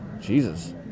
Jesus